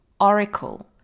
oracle